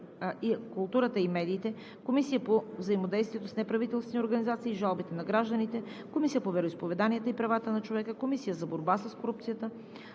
Комисията по взаимодействието с неправителствени организации и жалбите на гражданите; Комисията по вероизповеданията и правата на човека; Комисията за борба с корупцията,